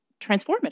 transformative